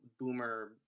Boomer